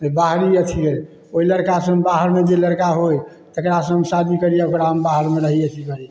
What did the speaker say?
बाहरी अथी अइ ओहि लड़का से जे बाहरमे लड़का होइ तेकरा से हम शादी करी आ ओकरा बाहरमे रही आओर अथी करी